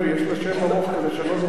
יש לה שם ארוך שאני לא זוכר